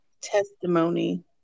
testimony